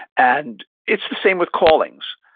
and it's the same with callings.